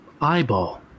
Eyeball